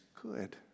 good